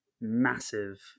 massive